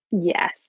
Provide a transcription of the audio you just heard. Yes